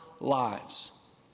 lives